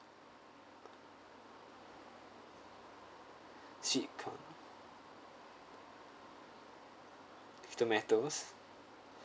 sweet corn tomatoes